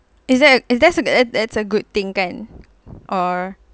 wait that that that's a good thing kan or